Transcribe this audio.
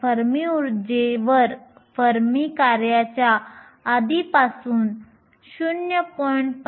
तर फर्मी ऊर्जेवर फर्मी कार्याच्या आधीपासून 0